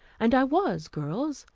and i was, girls,